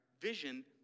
Vision